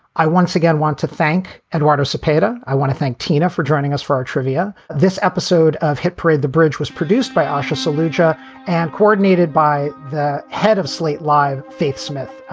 i once again want to thank eduardo cepeda. i want to thank tina for joining us for our trivia. this episode of hit parade. the bridge was produced by ah show soldier and coordinated by the head of slate live, faith smith.